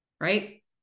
Right